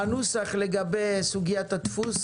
הנוסח לגבי סוגיית הדפוס